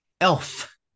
Elf